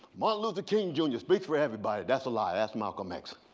martin luther king jr. speaks for everybody. that's a lie, that's malcolm x.